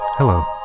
Hello